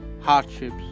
hardships